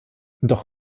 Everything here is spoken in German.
doch